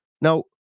Now